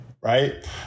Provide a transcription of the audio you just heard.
Right